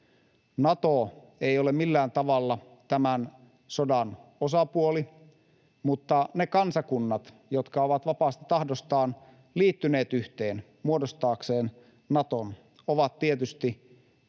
Nato ei ole millään tavalla tämän sodan osapuoli, mutta ne kansakunnat, jotka ovat vapaasta tahdostaan liittyneet yhteen muodostaakseen Naton, ovat tietysti koko